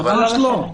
ממש לא.